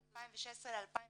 מ-2016 ל-2017